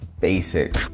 basic